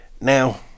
Now